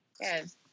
yes